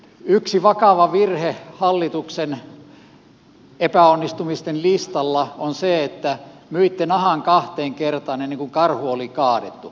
yksi vakava virhe hallituksen epäonnistumisten listalla on se että myitte nahan kahteen kertaan ennen kuin karhu oli kaadettu